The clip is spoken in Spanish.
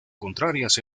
contrarias